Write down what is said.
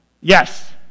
Yes